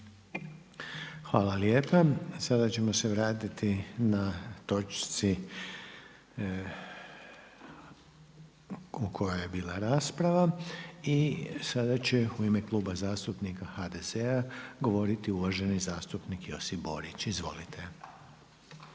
Željko (HDZ)** Sada ćemo se vratiti na točku o kojoj je bila rasprava. I sada će u ime Kluba zastupnika HDZ-a govoriti uvaženi zastupnik Josip Borić. **Borić,